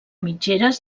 mitgeres